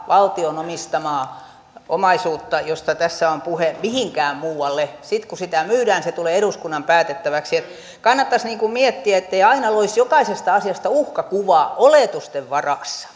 valtion omistamaa omaisuutta josta tässä on puhe mihinkään muualle sitten kun sitä myydään se tulee eduskunnan päätettäväksi kannattaisi miettiä ettei aina loisi jokaisesta asiasta uhkakuvaa oletusten varassa